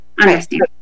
understand